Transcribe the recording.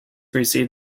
received